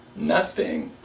nothing.